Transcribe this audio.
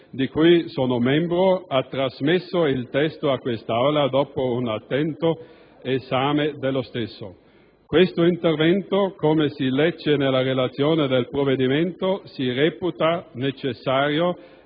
di cui sono membro, ha trasmesso il testo a quest'Assemblea dopo un attento esame dello stesso. Tale intervento, come si legge nella relazione del provvedimento, si reputa necessario